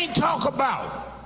talk about